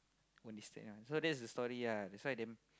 so that's the story ah that's why damn